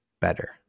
better